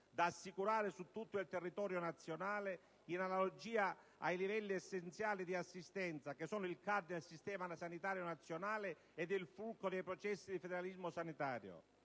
da assicurare su tutto il territorio nazionale in analogia ai livelli essenziali di assistenza (LEA) che sono il cardine del Sistema sanitario nazionale ed il fulcro dei processi di federalismo sanitario.